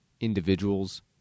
individuals